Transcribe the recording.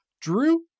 Drew